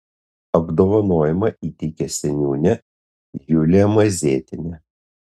apdovanojimą įteikė seniūnė julija mazėtienė